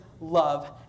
love